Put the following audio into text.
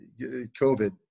COVID